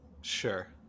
Sure